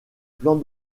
plans